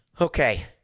okay